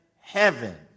heaven